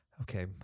Okay